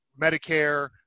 Medicare